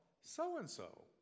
so-and-so